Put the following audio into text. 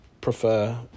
prefer